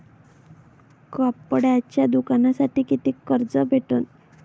कापडाच्या दुकानासाठी कितीक कर्ज भेटन?